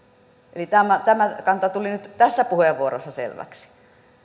tätä eli tämä kanta tuli nyt tässä puheenvuorossa selväksi